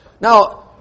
Now